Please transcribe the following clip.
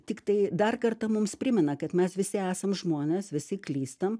tiktai dar kartą mums primena kad mes visi esam žmonės visi klystam